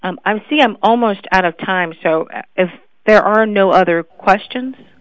i'm see i'm almost out of time so if there are no other questions